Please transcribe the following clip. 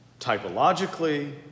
typologically